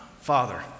Father